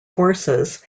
forces